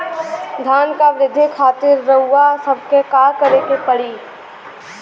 धान क वृद्धि खातिर रउआ सबके का करे के पड़ी?